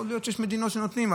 יכול להיות שיש מדינות שנותנים,